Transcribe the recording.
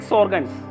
organs